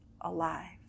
alive